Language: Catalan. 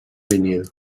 vinil